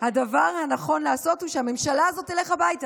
הדבר הנכון לעשות הוא שהממשלה הזאת תלך הביתה.